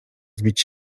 zbić